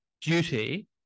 duty